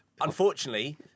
unfortunately